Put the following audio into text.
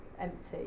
empty